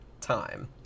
time